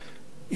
היא לא קיימת,